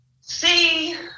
see